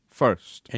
first